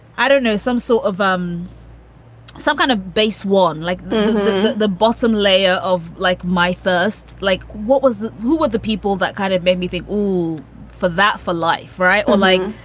i don't know, some sort of um some kind of base one like the the bottom layer of like my first like what was that. who were the people that kind of made me think all for that for life. right. well, like